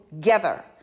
together